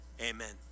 Amen